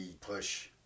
push